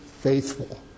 faithful